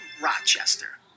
Rochester